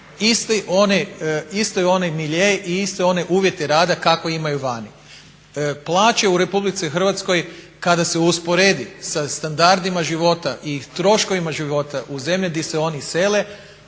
isti onaj milje i iste one uvjete rada kakve imaju vani. Plaće u Republici Hrvatskoj kada se usporedi sa standardima života i troškovima života u zemlje di se oni sele